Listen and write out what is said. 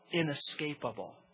inescapable